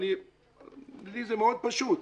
ולי זה מאוד פשוט.